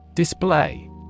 Display